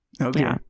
okay